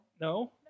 No